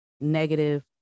negative